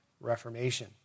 Reformation